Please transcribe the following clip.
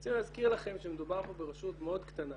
אני רוצה להזכיר לכם שמדובר פה ברשות מאוד קטנה,